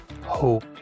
Hope